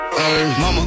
Mama